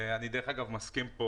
אני מסכים פה